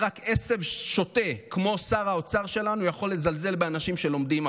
רק עשב שוטה כמו שר האוצר שלנו יכול לזלזל באנשים שלומדים,